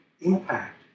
impact